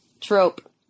trope